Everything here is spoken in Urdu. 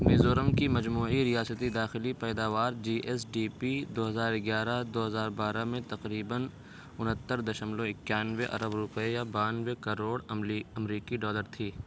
میزورم کی مجموعی ریاستی داخلی پیداوار جی ایس ڈی پی دو ہزار اگیارہ دو ہزار بارہ میں تقریباً انہتر دشملو اکیانوے ارب روپئے یا بانوے کروڑ امریکی ڈالر تھی